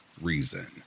reason